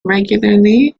regularly